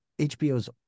HBO's